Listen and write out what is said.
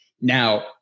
now